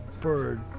bird